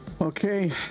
Okay